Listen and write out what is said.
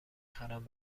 خرم